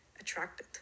attracted